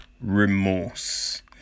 Remorse